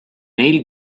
neil